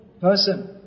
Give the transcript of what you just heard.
person